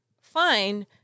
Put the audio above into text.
fine